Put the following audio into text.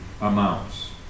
amounts